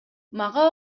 мага